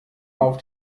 auf